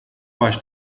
baix